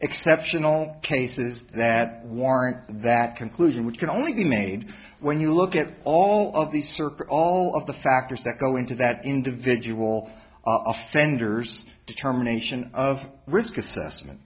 exceptional cases that warrant that conclusion which can only be made when you look at all of the circuit all of the factors that go into that individual offenders determination of risk assessment